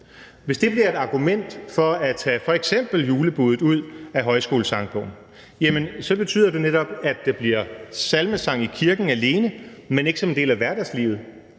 Hvis det bliver et argument for f.eks. at tage »Julebudet« ud af Højskolesangbogen, betyder det netop, at det bliver salmesang i kirken alene, men ikke som en del af hverdagslivet.